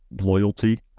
loyalty